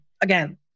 again